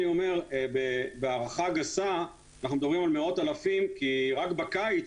אני אומר בהערכה גסה שאנחנו מדברים על מאות אלפים כי רק בקיץ